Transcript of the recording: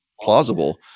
plausible